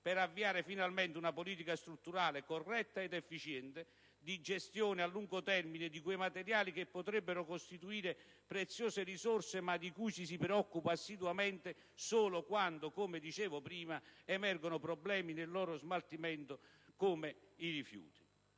per avviare finalmente una politica strutturale corretta ed efficiente di gestione a lungo termine di quei materiali che potrebbero costituire preziose risorse, ma di cui ci si preoccupa assiduamente solo quando - come ho detto - emergono problemi in merito al loro smaltimento come rifiuti.